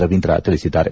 ರವೀಂದ್ರ ತಿಳಿಸಿದ್ದಾರೆ